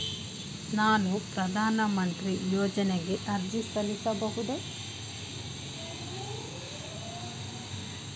ನಾನು ಪ್ರಧಾನ ಮಂತ್ರಿ ಯೋಜನೆಗೆ ಅರ್ಜಿ ಸಲ್ಲಿಸಬಹುದೇ?